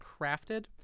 crafted